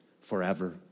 forever